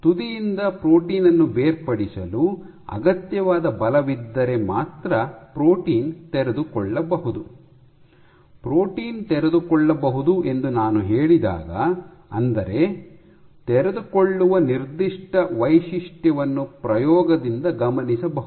ತುದಿಯಿಂದ ಪ್ರೋಟೀನ್ ಅನ್ನು ಬೇರ್ಪಡಿಸಲು ಅಗತ್ಯವಾದ ಬಲವಿದ್ದರೆ ಮಾತ್ರ ಪ್ರೋಟೀನ್ ತೆರೆದುಕೊಳ್ಳಬಹುದು ಪ್ರೋಟೀನ್ ತೆರೆದುಕೊಳ್ಳಬಹುದು ಎಂದು ನಾನು ಹೇಳಿದಾಗ ಅಂದರೆ ತೆರೆದುಕೊಳ್ಳುವ ನಿರ್ದಿಷ್ಟ ವೈಶಿಷ್ಟ್ಯವನ್ನು ಪ್ರಯೋಗದೊಂದಿಗೆ ಗಮನಿಸಬಹುದು